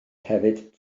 hefyd